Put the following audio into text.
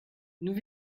nous